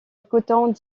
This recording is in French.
écoutant